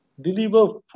deliver